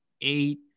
eight